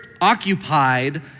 occupied